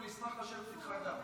אני אשמח לשבת גם איתך.